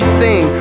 sing